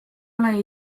ole